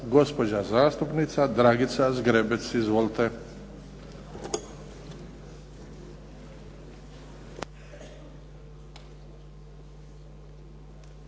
Hvala vam